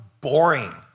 boring